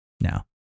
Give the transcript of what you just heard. Now